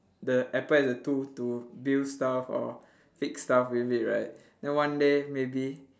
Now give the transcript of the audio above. the apple as a tool to build stuff or fix stuff with it right then one day maybe